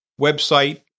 website